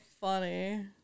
funny